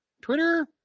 Twitter